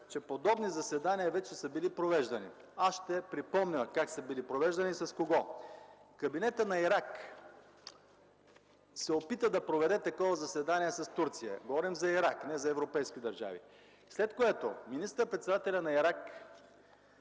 че подобни заседания вече са били провеждани. Ще припомня как са били провеждани и с кого. Кабинетът на Ирак се опита да проведе такова заседание с Турция. Говорим за Ирак, не за европейски държави. След което министър-председателят на Ирак